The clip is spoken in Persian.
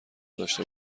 داشته